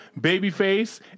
Babyface